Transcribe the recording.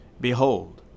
Behold